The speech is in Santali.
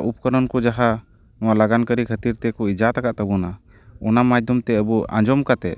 ᱩᱯᱠᱚᱨᱚᱱ ᱠᱚ ᱡᱟᱦᱟᱸ ᱱᱟᱣᱟ ᱞᱟᱜᱟᱱᱠᱟᱹᱨᱤ ᱠᱷᱟᱹᱛᱤᱨ ᱛᱮᱠᱚ ᱤᱡᱟᱛ ᱠᱟᱫ ᱛᱟᱵᱚᱱᱟ ᱚᱱᱟ ᱢᱟᱫᱽᱫᱷᱚᱢ ᱛᱮ ᱟᱵᱚ ᱟᱸᱡᱚᱢ ᱠᱟᱛᱮᱫ